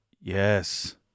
yes